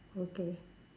okay